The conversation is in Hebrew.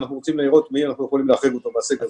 שאנחנו רוצים לראות מי אנחנו יכולים להחריג אותם מהסעיף הזה.